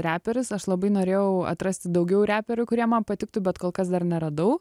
reperis aš labai norėjau atrasti daugiau reperių kurie man patiktų bet kol kas dar neradau